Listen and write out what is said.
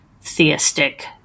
theistic